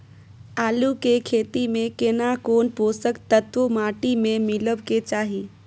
आलू के खेती में केना कोन पोषक तत्व माटी में मिलब के चाही?